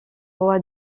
roi